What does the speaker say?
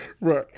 right